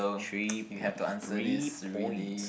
three three points